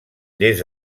des